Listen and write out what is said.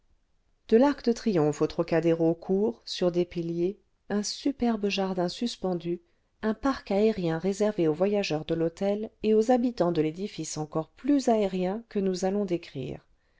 de l'arc de triomphe au trocadéro court sur des piliers un superbe jardin suspendu un parc aérien réservé aux voyageurs de l'hôtel et aux habitants de l'édifice encore plus aérien que nous allons décrire